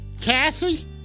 Cassie